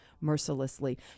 mercilessly